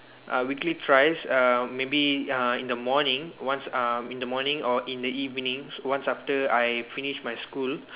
uh weekly thrice uh maybe uh in the morning once uh in the morning or in the evenings once after I finish my school